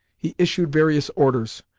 he issued various orders,